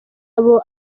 abo